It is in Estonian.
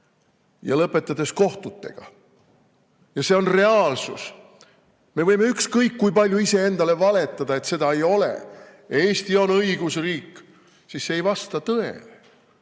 ja lõpetades kohtutega. Ja see on reaalsus. Me võime ükskõik kui palju iseendale valetada, et seda ei ole ja Eesti on õigusriik, ent see ei vasta tõele.